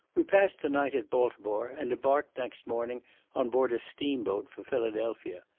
we passed the night at baltimore, and embarked next morning on board a steam-boat for philadelphia.